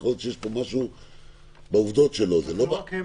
יכול להיות שיש פה עובדות ש --- זה לא רק הם,